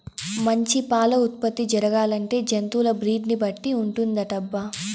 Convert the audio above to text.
మంచి పాల ఉత్పత్తి జరగాలంటే జంతువుల బ్రీడ్ ని బట్టి ఉంటుందటబ్బా